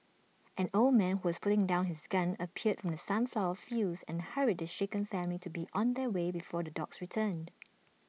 an old man who was putting down his gun appeared from the sunflower fields and hurried the shaken family to be on their way before the dogs return